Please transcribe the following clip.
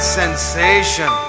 sensation